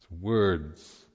words